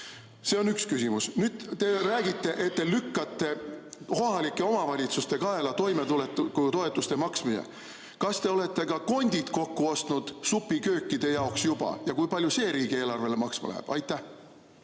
See on üks küsimus. Nüüd, te räägite, et te lükkate kohalike omavalitsuste kaela toimetulekutoetuste maksmise. Kas te olete ka kondid kokku ostnud supiköökide jaoks juba? Ja kui palju see riigieelarvele maksma läheb? Aitäh,